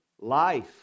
Life